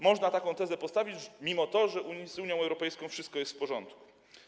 Można taką tezę postawić mimo to, że z Unią Europejską wszystko jest w porządku.